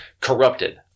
corrupted